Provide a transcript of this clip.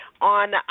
On